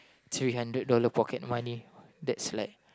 three hundred dollar pocket money that's like